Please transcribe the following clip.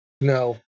No